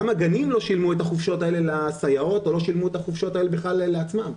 גם הגנים לא שילמו את החופשות האלה לסייעות או בכלל לעצמם.